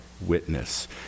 witness